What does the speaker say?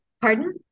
Pardon